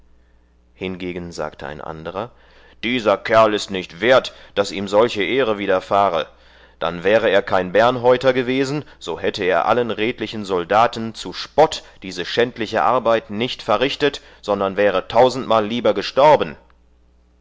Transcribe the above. hingegen sagte ein anderer dieser kerl ist nicht wert daß ihm solche ehre widerfahre dann wäre er kein bärnhäuter gewesen so hätte er allen redlichen soldaten zu spott diese schändliche arbeit nicht verrichtet sondern wäre tausendmal lieber gestorben